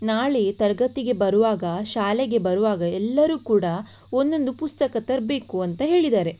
ನಾಳೆ ತರಗತಿಗೆ ಬರುವಾಗ ಶಾಲೆಗೆ ಬರುವಾಗ ಎಲ್ಲರೂ ಕೂಡ ಒಂದೊಂದು ಪುಸ್ತಕ ತರಬೇಕು ಅಂತ ಹೇಳಿದ್ದಾರೆ